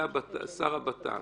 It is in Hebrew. השר לבט"פ,